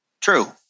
true